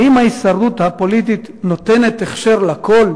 האם ההישרדות הפוליטית נותנת הכשר לכול?